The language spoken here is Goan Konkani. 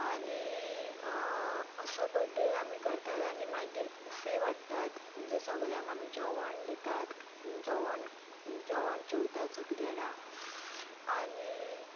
आनी असो बर्थडे आमी करतात आनी मागीर बुफे वाडटात म्हणजे सगल्यांक आमी जेवण दितात जेवण जेवण जेवतात सगळीं जाणा आनी